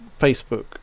Facebook